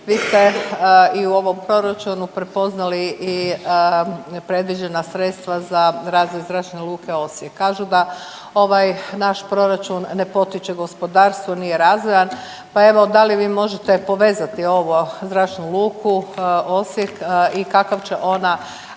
Vi ste i u ovom proračunu prepoznali i predviđena sredstva za razvoj Zračne luke Osijek. Kažu da ovaj naš proračun ne potiče gospodarstvo, nije razvojan, pa evo da li vi možete povezati ovo Zračnu luku Osijek i kakav će ona,